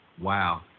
Wow